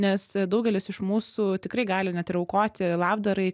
nes daugelis iš mūsų tikrai gali net ir aukoti labdarai